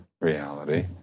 reality